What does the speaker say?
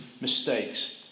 mistakes